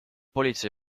politsei